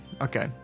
Okay